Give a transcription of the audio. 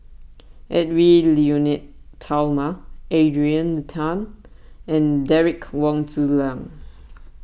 Edwy Lyonet Talma Adrian Tan and Derek Wong Zi Liang